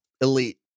Elite